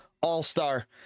all-star